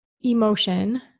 emotion